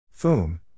Foom